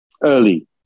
early